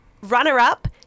runner-up